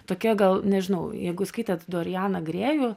tokia gal nežinau jeigu skaitėt dorianą grėjų